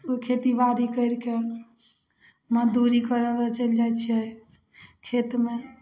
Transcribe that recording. उ खेती बारी करि शके मजदूरी करै लए चलि जाइ छै खेतमे